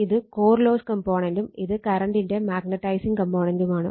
ഇത് core loss കമ്പോണന്റും ഇത് കറണ്ടിന്റെ മാഗ്നട്ടൈസിംഗ് കമ്പോണന്റുമാണ്